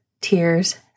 tears